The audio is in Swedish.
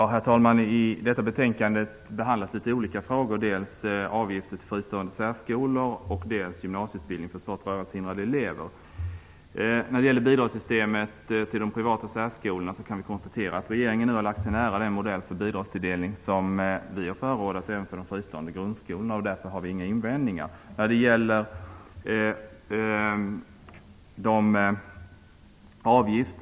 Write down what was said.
Herr talman! I detta betänkande behandlas några olika frågor, bl.a. avgifter till fristående särskolor och gymnasieutbildning för svårt rörelsehindrade elever. När det gäller bidragssystemet till de privata särskolorna kan vi konstatera att regeringen nu har lagt sig nära den modell för bidragstilldelning som vi har förordat, även för de fristående grundskolorna. Därför har vi inga invändningar.